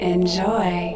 Enjoy